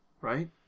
Right